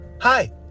hi